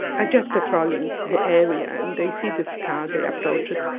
are just patrolling the area, and they see this car. they approach it.